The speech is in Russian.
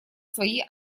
свои